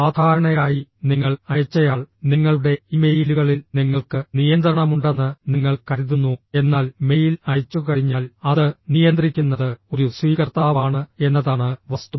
സാധാരണയായി നിങ്ങൾ അയച്ചയാൾ നിങ്ങളുടെ ഇമെയിലുകളിൽ നിങ്ങൾക്ക് നിയന്ത്രണമുണ്ടെന്ന് നിങ്ങൾ കരുതുന്നു എന്നാൽ മെയിൽ അയച്ചുകഴിഞ്ഞാൽ അത് നിയന്ത്രിക്കുന്നത് ഒരു സ്വീകർത്താവാണ് എന്നതാണ് വസ്തുത